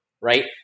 right